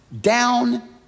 down